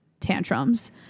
tantrums